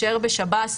בשב"ס,